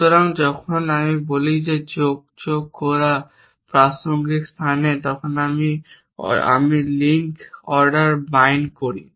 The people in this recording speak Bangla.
সুতরাং যখন আমি বলি যে যোগ করা প্রাসঙ্গিক স্থানে যখন আমি অর্ডার লিঙ্ক বাইন্ড করি